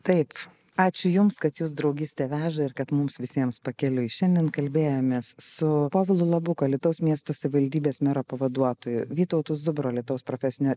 taip ačiū jums kad jus draugystė veža ir kad mums visiems pakeliui šiandien kalbėjomės su povilu labuku alytaus miesto savivaldybės mero pavaduotoju vytautu zubru alytaus profesinio